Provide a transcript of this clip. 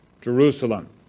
Jerusalem